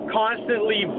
constantly